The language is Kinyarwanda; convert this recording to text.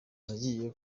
nagiye